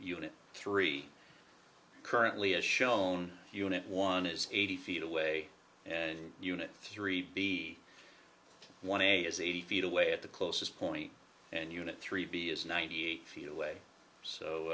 unit three currently as shown unit one is eighty feet away and unit three b one a is eighty feet away at the closest point and unit three b is ninety feet away so